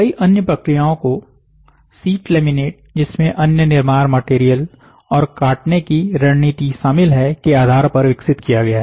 कई अन्य प्रक्रियाओं को शीट लेमिनेट जिसमें अन्य निर्माण मटेरियल और काटने की रणनीति शामिल है के आधार पर विकसित किया गया है